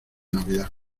navidad